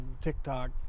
TikTok